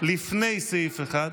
לפני סעיף 1,